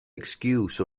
excuse